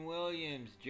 Williams